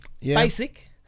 Basic